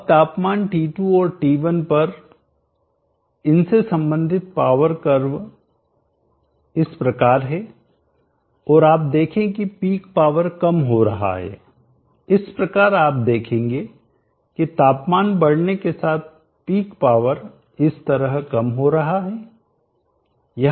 अब तापमान T2 और T1 पर इनसे संबंधित पावर कर्व इस प्रकार है और आप देखें कि पीक पावर कम हो रहा है इस प्रकार आप देखेंगे कि तापमान बढ़ने के साथ पिक पावर इस तरह कम हो रहा है